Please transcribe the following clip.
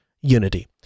Unity